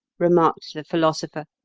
remarked the philosopher.